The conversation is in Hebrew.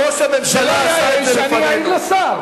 זה לא נעים שאני אעיר לשר.